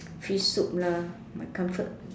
fish soup lah my comfort